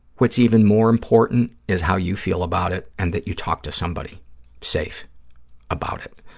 what's even more important is how you feel about it and that you talk to somebody safe about it.